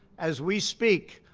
as we speak,